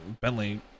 Bentley